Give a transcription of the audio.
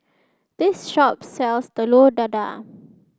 this shop sells Telur Dadah